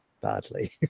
badly